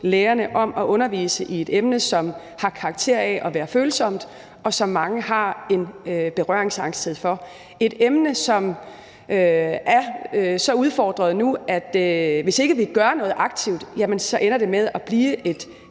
lærerne over at undervise i et emne, som har karakter af at være følsomt, og som mange har en berøringsangst over for – et emne, som er så udfordret nu, at hvis ikke vi gør noget aktivt, ender det med at blive et